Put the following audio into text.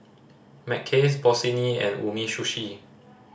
Mackays Bossini and Umisushi